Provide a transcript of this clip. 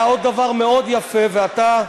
היה עוד דבר מאוד יפה, ואתה,